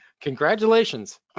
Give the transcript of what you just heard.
congratulations